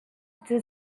the